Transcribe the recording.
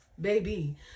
Baby